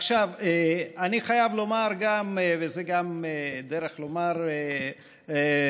עכשיו אני חייב לומר, וזאת גם דרך לומר תודה,